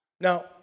Now